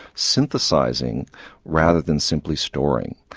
synthesising rather than simply storing.